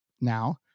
now